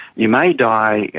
you may die,